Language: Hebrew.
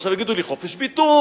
עכשיו יגידו לי: חופש ביטוי,